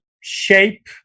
shape